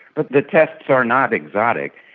but the tests are not exotic.